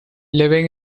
living